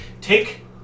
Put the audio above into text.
take